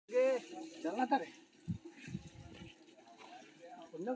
ई long केर विपरीत होइ छै, जाहि मे परिसंपत्तिक मूल्य बढ़ै पर निवेशक कें फायदा होइ छै